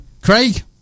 Craig